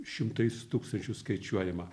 šimtais tūkstančių skaičiuojama